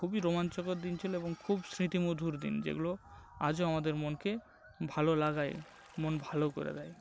খুবই রোমাঞ্চকর দিন ছিল এবং খুব স্মৃতিমধুর দিন যেগুলো আজও আমাদের মনকে ভালো লাগায় মন ভালো করে দেয়